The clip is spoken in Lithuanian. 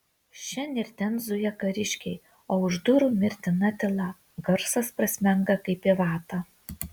šen ir ten zuja kariškiai o už durų mirtina tyla garsas prasmenga kaip į vatą